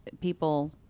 people